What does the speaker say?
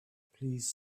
please